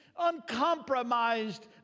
uncompromised